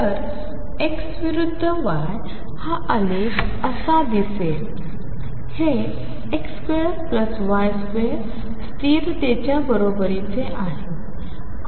तर X विरुद्ध Y हा आलेख असा दिसेल हे X2Y2 स्थिरतेच्या बरोबरीचे आहे